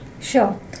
Sure